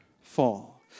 fall